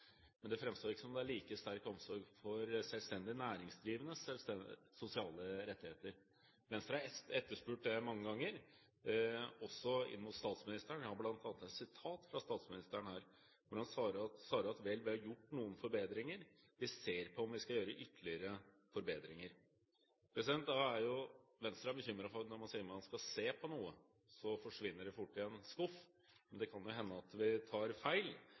Venstre har etterspurt det mange ganger, også hos statsministeren. Vi har bl.a. et sitat fra statsministeren her, hvor han svarer: «Vel, vi har gjort noen forbedringer, vi ser på om vi skal gjøre ytterligere forbedringer.» Venstre er bekymret for at når man sier man skal «se på» noe, forsvinner det fort i en skuff, men det kan jo hende at vi tar feil.